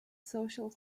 social